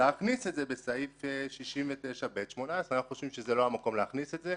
להכניס את זה בסעיף 69ב18. אנחנו חושבים שזה לא המקום להכניס את זה.